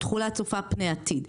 תחולה הצופה פני עתיד.